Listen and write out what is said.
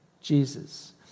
Jesus